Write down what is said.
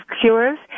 Cures